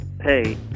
hey